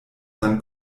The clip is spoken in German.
dann